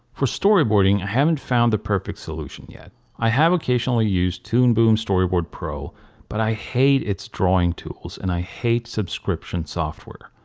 for storyboarding i haven't found the perfect solution yet. i have occasionally used toon boom storyboard pro but i hate its drawing tools and i hate subscription software.